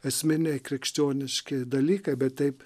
asmeninei krikščioniški dalykai bet taip